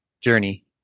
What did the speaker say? journey